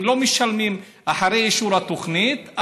אם לא משלמים אחרי אישור התוכנית,